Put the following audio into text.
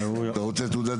הוא יכול?